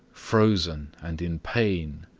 frozen, and in pain.